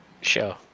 sure